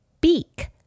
beak